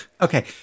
Okay